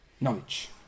knowledge